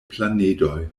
planedoj